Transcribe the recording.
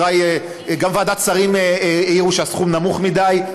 וגם בוועדת שרים העירו שהסכום נמוך מדי,